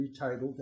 retitled